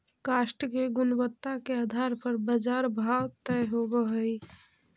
काष्ठ के गुणवत्ता के आधार पर बाजार भाव तय होवऽ हई